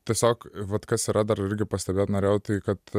tiesiog vat kas yra dar irgi pastebėt norėjau tai kad